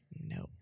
no